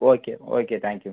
okay okay thank you madam